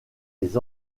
les